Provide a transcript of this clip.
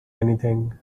anything